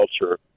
culture